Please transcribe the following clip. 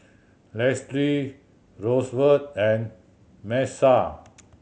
Lesley Rosevelt and Miesha